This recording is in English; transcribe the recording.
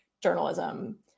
journalism